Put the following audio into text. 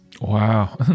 Wow